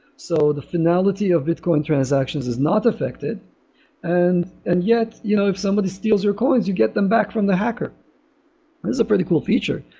so the finality of bitcoin transactions is not affected and and yet, you know if somebody steals your coins, you them back from the hacker. it is a pretty cool feature.